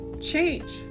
Change